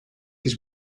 his